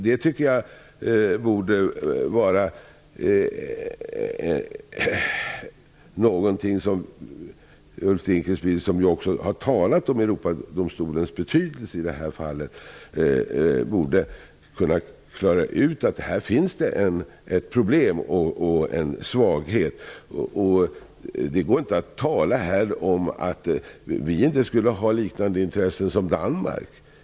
Jag tycker att Ulf Dinkelspiel, som ju har talat om Europadomstolens betydelse i det här fallet, borde kunna klara ut att det i detta avseende finns ett problem och en svaghet. Det går inte att bara säga att vi inte skulle ha intressen liknande Danmarks.